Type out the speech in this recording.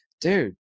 Dude